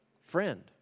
friend